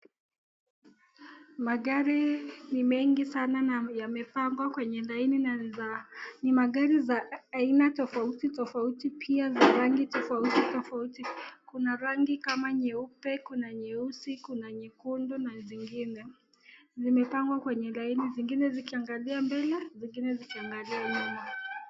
Magari ni mengi sana na yamepangwa kwenye laini na ni za, ni magari aina tofauti tofauti pia ni rangi tofauti tofauti, kuna rangi kama nyeupe, kuna nyeusi, kuna nyekundu na zingine. Zimepangwa kwenye laini zingine zikiangalia mbele, zingine zikiangalia nyuma.